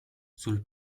sul